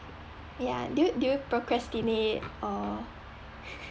ya do you do you procrastinate or